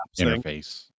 interface